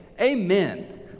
amen